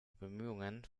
bemühungen